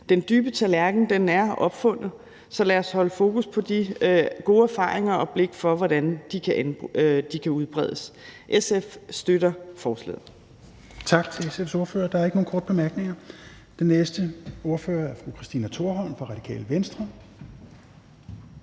Den dybe tallerken er opfundet, så lad os holde fokus på de gode erfaringer og have blik for, hvordan de kan udbredes. SF støtter forslaget.